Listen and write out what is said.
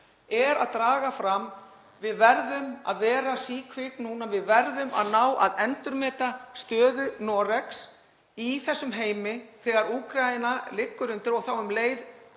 eru að draga fram verðum við að vera síkvik núna. Við verðum að ná að endurmeta stöðu Noregs í þessum heimi þegar Úkraína liggur undir árás og þá um leið